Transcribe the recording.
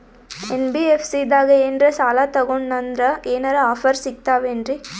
NBFC ದಾಗ ಏನ್ರ ಸಾಲ ತೊಗೊಂಡ್ನಂದರ ಏನರ ಆಫರ್ ಸಿಗ್ತಾವೇನ್ರಿ?